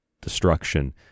destruction